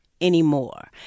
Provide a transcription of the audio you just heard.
anymore